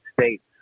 States